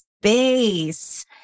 space